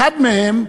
אחד מהם,